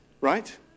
right